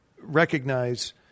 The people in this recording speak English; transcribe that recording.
recognize